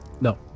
No